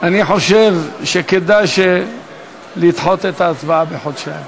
אני חושב שכדאי לדחות את ההצבעה בחודשיים.